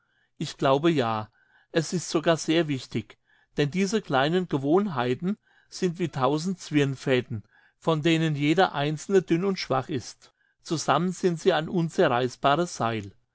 ich glaube ja es ist sogar sehr wichtig denn diese kleinen gewohnheiten sind wie tausend zwirnfäden von denen jeder einzelne dünn und schwach ist zusammen sind sie ein unzerreissbares seil